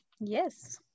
Yes